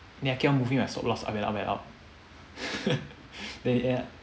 then I keep on moving my stock loss up and up and up then in the end